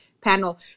panel